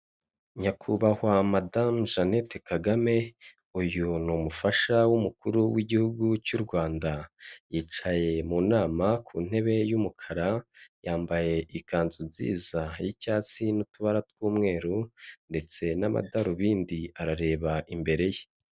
Nyakubahwa madamu Jeannette Kagame; uyu ni umufasha w'umukuru w'igihugu cy'u Rwanda. Yicaye mu nama ku ntebe y'umukara, yambaye ikanzu nziza y'icyatsi n'utubara tw'umweru ndetse n'amadarubindi arareba imbere ye.